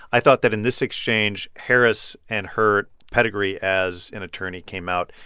i thought that in this exchange, harris and her pedigree as an attorney came out.